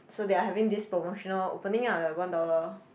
so they're having this promotional opening lah the one dollar